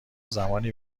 زمانی